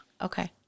Okay